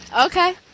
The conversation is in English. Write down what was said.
Okay